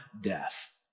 death